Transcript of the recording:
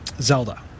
Zelda